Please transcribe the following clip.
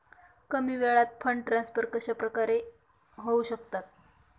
कमी वेळात fund transfer कशाप्रकारे होऊ शकतात?